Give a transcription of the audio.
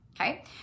okay